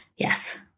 Yes